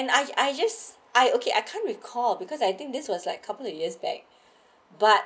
and I I just I okay I can't recall because I think this was like couple of years back but